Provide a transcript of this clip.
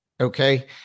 Okay